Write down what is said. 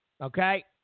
Okay